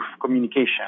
communication